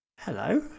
hello